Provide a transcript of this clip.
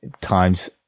times